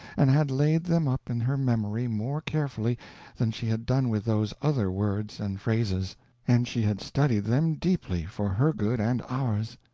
and had laid them up in her memory more carefully than she had done with those other words and phrases and she had studied them deeply, for her good and ours.